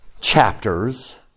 chapters